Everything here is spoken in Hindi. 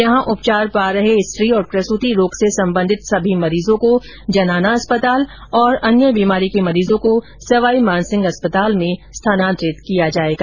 यहां उपचार पा रहे स्त्री और प्रसूति रोग से संबंधित सभी मरीजों को जनाना अस्पताल और अन्य बीमारी के मरीजों को सवाई मानसिंह अस्पताल में स्थानांतरित किया जाएगा